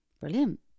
brilliant